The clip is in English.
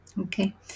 Okay